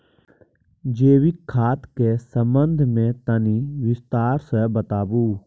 जैविक खाद के संबंध मे तनि विस्तार स बताबू?